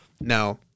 Now